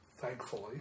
thankfully